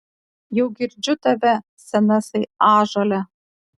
jau girdžiu tave senasai ąžuole